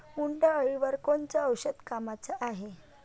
उंटअळीवर कोनचं औषध कामाचं हाये?